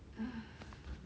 !hais!